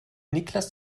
niklas